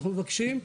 אנחנו מבקשים,